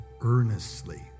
earnestly